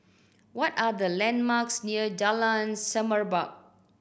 what are the landmarks near Jalan Semerbak